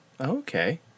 Okay